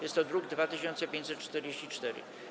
Jest to druk nr 2544.